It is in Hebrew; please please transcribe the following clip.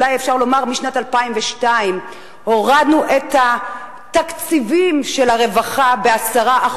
ואולי אפשר לומר משנת 2002. הורדנו את התקציבים של הרווחה ב-10%,